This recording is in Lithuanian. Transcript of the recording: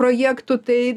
projektų tai